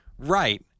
Right